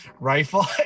rifle